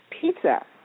pizza